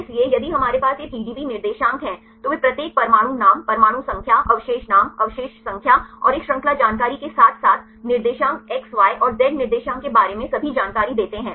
इसलिए यदि हमारे पास ये PDB निर्देशांक हैं तो वे प्रत्येक परमाणु नाम परमाणु संख्या अवशेष नाम अवशेष संख्या और एक श्रृंखला जानकारी के साथ साथ निर्देशांक XY और Z निर्देशांक के बारे में सभी जानकारी देते हैं